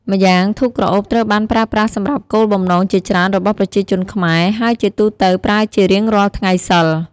ម្យ៉ាងធូបក្រអូបត្រូវបានប្រើប្រាស់សម្រាប់គោលបំណងជាច្រើនរបស់ប្រជាជនខ្មែរ ហើយជាទូទៅប្រើជារៀងរាល់ថ្ងៃសីល។